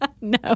No